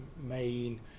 main